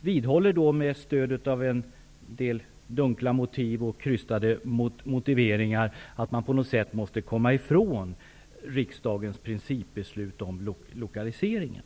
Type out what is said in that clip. vidhåller med stöd av en del dunkla motiv och krystade motiveringar att man på något sätt måste komma ifrån riksdagens principbeslut om lokaliseringen.